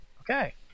Okay